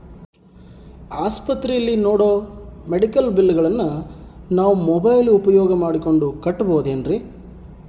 ಆಸ್ಪತ್ರೆಯಲ್ಲಿ ನೇಡೋ ಮೆಡಿಕಲ್ ಬಿಲ್ಲುಗಳನ್ನು ನಾವು ಮೋಬ್ಯೆಲ್ ಉಪಯೋಗ ಮಾಡಿಕೊಂಡು ಕಟ್ಟಬಹುದೇನ್ರಿ?